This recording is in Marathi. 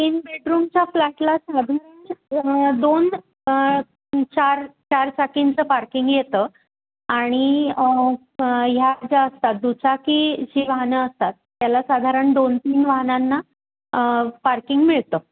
तीन बेडरूमच्या फ्लॅटला साधारण दोन चार चार चाकींचं पार्किंग येतं आणि ह्या ज्या असतात दुचाकी जी वाहनं असतात त्याला साधारण दोन तीन वाहनांना पार्किंग मिळतं